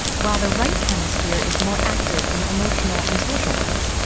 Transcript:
while the right hemisphere is more active in emotional and social ones,